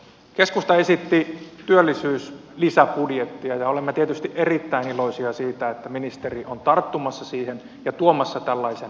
keskusta esitti työllisyyslisäbudjettia ja olemme tietysti erittäin iloisia siitä että ministeri on tarttumassa siihen ja tuomassa tällaisen eduskuntaan